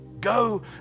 Go